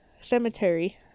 Cemetery